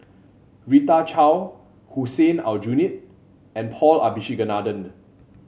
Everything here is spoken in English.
Rita Chao Hussein Aljunied and Paul Abisheganaden